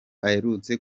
aherutse